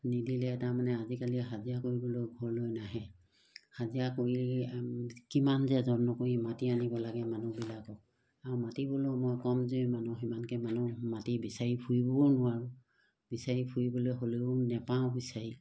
নিদিলে তাৰমানে আজিকালি হাজিৰা কৰিবলৈ ঘৰলৈ নাহে হাজিৰা কৰি কিমান যে যত্ন কৰি মাতি আনিব লাগে মানুহবিলাকক আৰু মাতিবলৈও মই কমজোৰি মানুহ সিমানকৈ মানুহ মাতি বিচাৰি ফুৰিবও নোৱাৰোঁ বিচাৰি ফুৰিবলৈ হ'লেও নেপাওঁ বিচাৰি